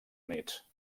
units